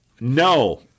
No